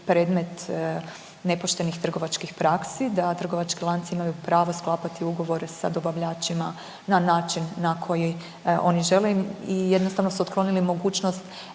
nepoštenih trgovačkih praksi, da trgovački lanci imaju pravo sklapati ugovore sa dobavljačima na način na koji oni žele i jednostavno su otklonili mogućnost